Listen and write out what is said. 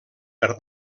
per